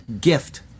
gift